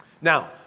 Now